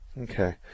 Okay